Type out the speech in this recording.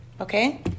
Okay